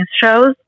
shows